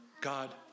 God